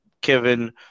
Kevin